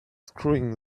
screwing